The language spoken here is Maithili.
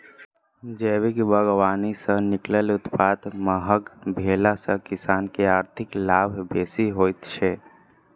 जैविक बागवानी सॅ निकलल उत्पाद महग भेला सॅ किसान के आर्थिक लाभ बेसी होइत छै